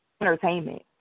entertainment